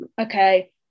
okay